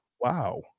wow